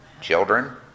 Children